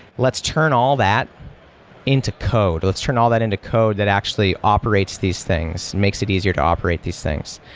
let's turn all that into code. let's turn all that into code that actually operates these things, makes it easier to operate these things.